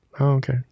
okay